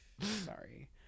Sorry